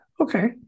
Okay